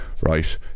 right